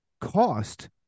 cost